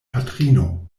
patrino